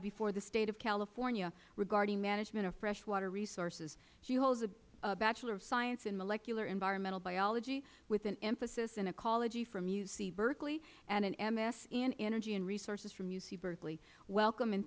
before the state of california regarding management of freshwater resources she holds a bachelor of science in molecular environmental biology with an emphasis in ecology from uc berkley and an ms in energy and resources from uc berkley welcome and